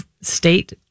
state